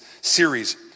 series